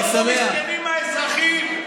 מסכנים האזרחים.